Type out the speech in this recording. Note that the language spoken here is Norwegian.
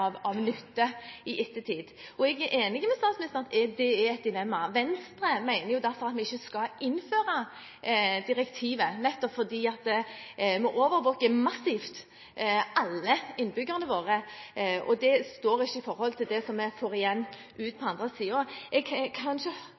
av nytte i ettertid. Og jeg er enig med statsministeren i at det er et dilemma. Venstre mener derfor at vi ikke skal innføre direktivet, nettopp fordi vi overvåker massivt alle innbyggerne våre, og det står ikke i forhold til det som vi får igjen, det som kommer ut på den andre